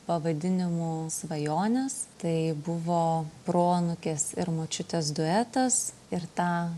pavadinimu svajonės tai buvo proanūkės ir močiutės duetas ir tą